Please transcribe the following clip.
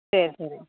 சரி சரி